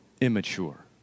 immature